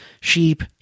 sheep